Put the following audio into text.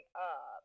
up